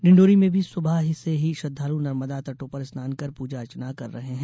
डिंडौरी में भी सुबह से ही श्रद्वालू नर्मदा तटों पर स्नान कर पूजा अर्चना कर रहे हैं